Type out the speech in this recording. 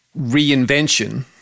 reinvention